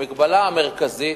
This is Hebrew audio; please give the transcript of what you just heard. המגבלה המרכזית